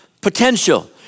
potential